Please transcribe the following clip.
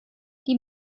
die